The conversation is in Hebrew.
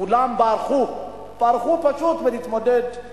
כולם ברחו, ברחו פשוט מלהתמודד.